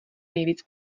nejvíc